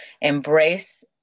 embrace